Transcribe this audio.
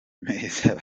meza